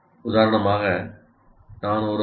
உதாரணமாக நான் ஒரு ஐ